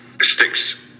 sticks